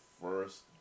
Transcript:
first